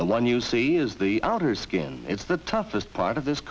the one you see is the outer skin it's the toughest part of this